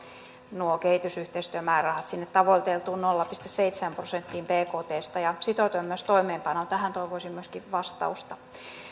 nuo kehitysyhteistyömäärärahat sinne tavoiteltuun nolla pilkku seitsemään prosenttiin bktstä ja sitoudumme myös toimeenpanoon tähän toivoisin myöskin vastausta